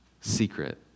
secret